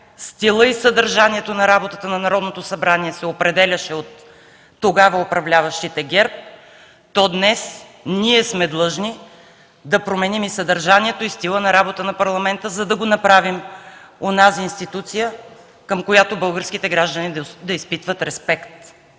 стилът и съдържанието на работата на Народното събрание се определяше от тогава управляващите – ГЕРБ, то днес ние сме длъжни да променим и съдържанието, и стила на работа на Парламента, за да го направим онази институция, към която българските граждани да изпитват респект.